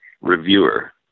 reviewer